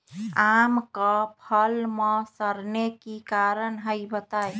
आम क फल म सरने कि कारण हई बताई?